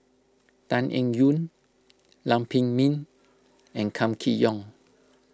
Tan Eng Yoon Lam Pin Min and Kam Kee Yong